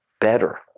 better